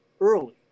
early